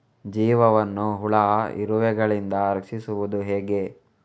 ಬೀಜವನ್ನು ಹುಳ, ಇರುವೆಗಳಿಂದ ರಕ್ಷಿಸುವುದು ಹೇಗೆ?